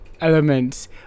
elements